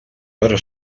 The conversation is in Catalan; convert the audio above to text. para